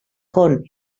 con